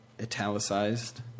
italicized